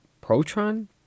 Proton